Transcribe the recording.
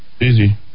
Easy